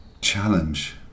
challenge